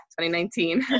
2019